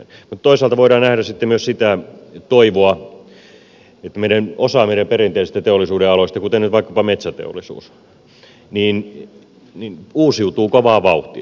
mutta toisaalta voidaan nähdä sitten myös sitä toivoa että osa meidän perinteisistä teollisuudenaloista kuten nyt vaikkapa metsäteollisuus uusiutuu kovaa vauhtia